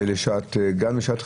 וגם לשעת חירום.